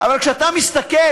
אבל כשאתה מסתכל